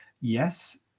yes